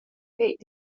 fetg